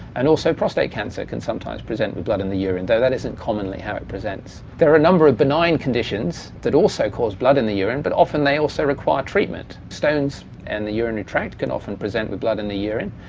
and also prostate cancer can sometimes present with blood in the urine though that isn't commonly how it presents. there are a number of benign conditions that also cause blood in the urine but often they also require treatment, stones in and the urinary tract can often present with blood in the urine.